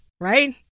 right